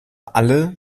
alle